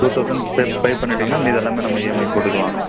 ஒரு two thousand pay pay பண்ணிட்டீங்கன்னால் மீத எல்லாமே நம்ம இஎம்ஐ போட்டுக்கலாம்